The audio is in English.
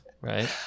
right